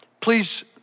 please